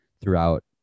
throughout